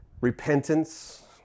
repentance